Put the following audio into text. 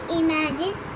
imagine